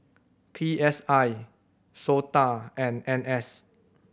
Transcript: P S I SOTA and N S